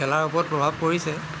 খেলাৰ ওপৰত প্ৰভাৱ পৰিছে